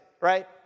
right